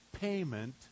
payment